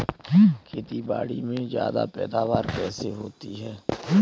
खेतीबाड़ी में ज्यादा पैदावार कैसे होती है?